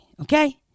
Okay